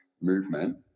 movement